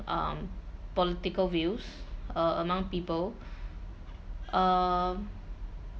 um political views uh among people uh